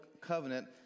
covenant